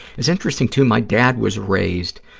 it's interesting, too, my dad was raised